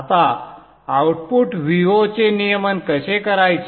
आता output Vo चे नियमन कसे करायचे